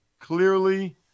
clearly